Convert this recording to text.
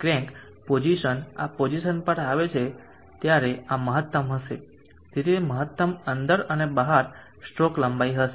crank position આ position પર આવે છે ત્યારે આ મહત્તમ હશે તેથી તે મહત્તમ અંદર અને બહાર સ્ટ્રોક લંબાઈ હશે